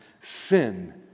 Sin